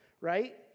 right